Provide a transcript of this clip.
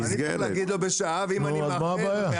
אני צריך להגיד לו בשעה ואם אני מאחר מעל